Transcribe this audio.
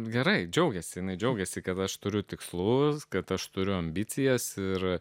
gerai džiaugėsi jinai džiaugiasi kad aš turiu tikslus kad aš turiu ambicijas ir